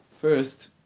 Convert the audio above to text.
First